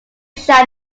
shall